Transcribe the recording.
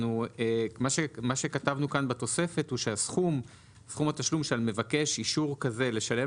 מה שכתבנו כאן בתוספת הוא שסכום התשלום של מבקש אישור כזה לשלם